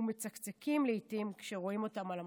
ומצקצקים לעיתים כשרואים אותם על המסכים.